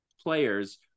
players